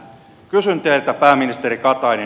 kysyn teiltä pääministeri katainen